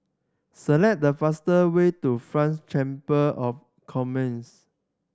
select the fastest way to French Chamber of Commerce